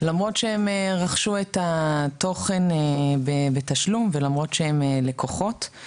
למרות שהם רכשו את התוכן בתשלום ולמרות שהם לקוחות,